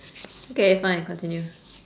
okay fine continue